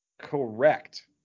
Correct